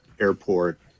airport